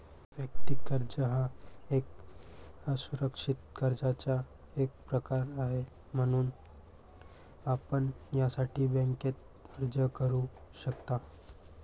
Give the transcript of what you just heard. वैयक्तिक कर्ज हा एक असुरक्षित कर्जाचा एक प्रकार आहे, म्हणून आपण यासाठी बँकेत अर्ज करू शकता